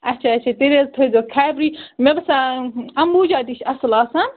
اچھا اچھا تیٚلہِ حظ تھٲیزیو خیبَرٕے مےٚ باسان اَمبوٗجا تہِ چھِ اَصٕل آسان